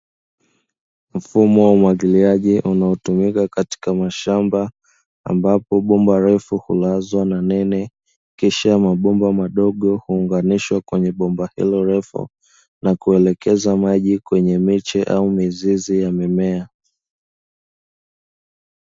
Mfumo wa umwagiliaji unaotumika katika mashamba ambapo bomba refu hulazwa na nene, kisha mabomba madogo kuunganishwa kwenye bomba hilo refu na kuelekeza maji kwenye miche au mizizi ya mimea.